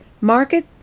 Market